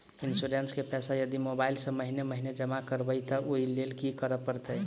Insurance केँ पैसा यदि मोबाइल सँ महीने महीने जमा करबैई तऽ ओई लैल की करऽ परतै?